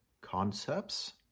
concepts